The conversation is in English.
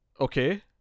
okay